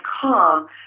calm